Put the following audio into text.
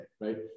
right